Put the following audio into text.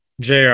Jr